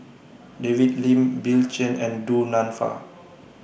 David Lim Bill Chen and Du Nanfa